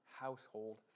household